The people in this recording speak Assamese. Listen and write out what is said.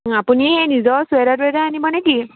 আপুনি সেই নিজৰ চুৱেটাৰ টুৱেটাৰ আনিব নেকি